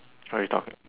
ya it's tough man